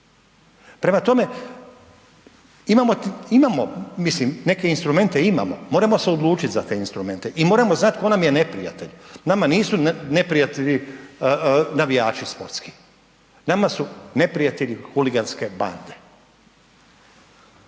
Prema tome, imamo, imamo mislim, neke instrumente imamo, moramo se odlučit za te instrumente i moramo znat ko nam je neprijatelj, nama nisu neprijatelji navijači sportski, nama su neprijatelji huliganske bande.